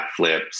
backflips